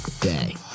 day